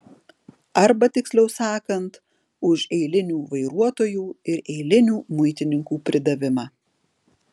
arba tiksliau sakant už eilinių vairuotojų ir eilinių muitininkų pridavimą